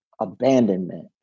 abandonment